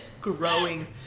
growing